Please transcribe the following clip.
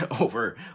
over